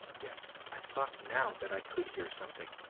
yet i thought now that i could hear something.